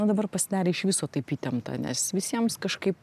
dabar pasidarė iš viso taip įtempta nes visiems kažkaip